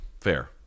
Fair